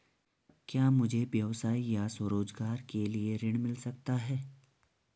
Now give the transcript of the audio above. क्या मुझे व्यवसाय या स्वरोज़गार के लिए ऋण मिल सकता है?